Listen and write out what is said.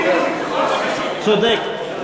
צודק.